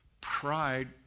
pride